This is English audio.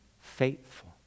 faithful